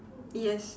yes